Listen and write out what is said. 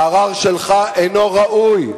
הערר שלך אינו ראוי.